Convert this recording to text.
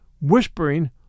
whispering